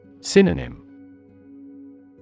Synonym